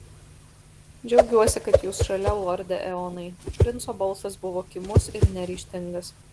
džiaugiuosi kad jūs šalia lorde eonai princo balsas buvo kimus ir neryžtingas